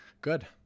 good